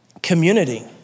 community